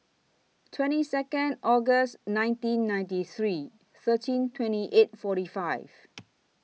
twenty Second August nineteen ninety three thirteen twenty eight forty five